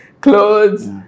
clothes